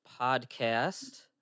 podcast